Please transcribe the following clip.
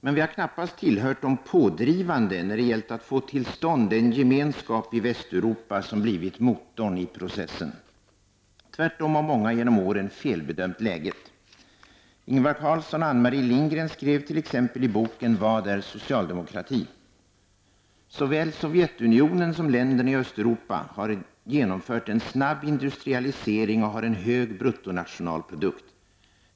Men vi har knappast tillhört de pådrivande när det gällt att få till stånd den gemenskap i Västeuropa som blivit motorn i processen. Tvärtom har många genom åren felbedömt läget. Ingvar Carlsson och Anne Marie Lindgren skrev t.ex. i boken Vad är socialdemokrati? : Östeuropa har genomfört en snabb industrialisering och har en hög bruttonationalprodukt.